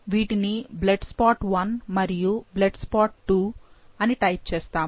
వీటిని blood spot 1 మరియు blood spot 2 అని టైప్ చేస్తాము